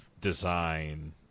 design